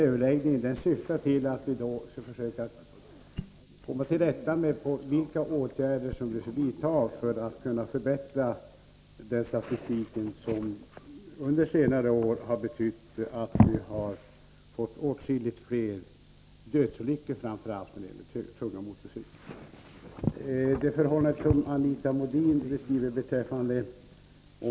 Överläggningarna syftar till att vi skall försöka komma till rätta med vilka åtgärder vi bör vidta för att kunna förbättra statistiken, som ju visar att vi under senare år har fått åtskilligt fler dödsolyckor framför allt med tunga motorcyklar.